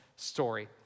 story